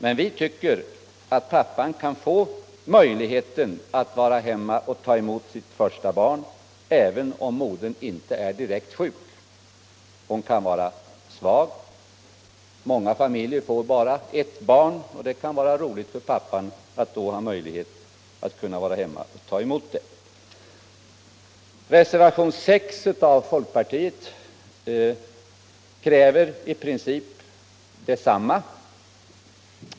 Men vi tycker att pappan skall få möjlighet att vara hemma och ta emot sitt första barn även om modern inte är direkt sjuk. Hon kan vara svag. Många familjer får bara ett barn, och det kan vara roligt för pappan att då kunna vara hemma och ta emot det. Reservationen 6 från folkpartiet kräver i princip detsamma.